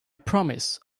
promise